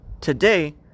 today